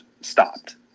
stopped